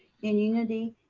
in unity,